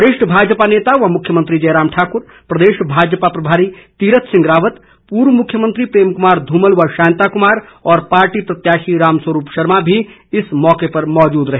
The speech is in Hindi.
वरिष्ठ भाजपा नेता व मुख्यमंत्री जयराम ठाकुर प्रदेश भाजपा प्रभारी तीरथ सिंह रावत पूर्व मुख्यमंत्री प्रेम कुमार धूमल व शांता कुमार और पार्टी प्रत्याशी राम स्वरूप शर्मा भी इस अवसर पर मौजूद रहे